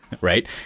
right